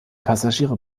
passagiere